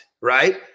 right